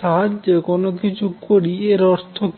সাহায্যে কোন কিছু করি এর অর্থ কী